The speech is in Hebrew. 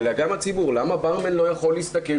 אלא גם הציבור למה ברמן לא יכול להסתכל